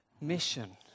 Mission